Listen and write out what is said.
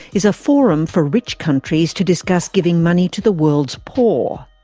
is a forum for rich countries to discuss giving money to the world's poor.